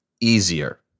easier